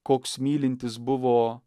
koks mylintis buvo